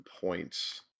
points